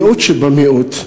מיעוט שבמיעוט,